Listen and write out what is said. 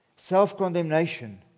Self-condemnation